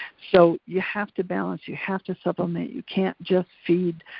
so you have to balance, you have to supplement, you can't just feed,